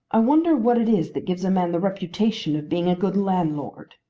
i wonder what it is that gives a man the reputation of being a good landlord.